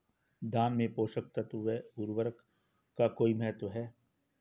धान में पोषक तत्वों व उर्वरक का कोई महत्व है?